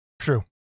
True